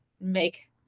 make